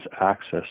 access